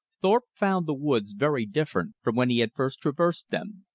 thorpe found the woods very different from when he had first traversed them.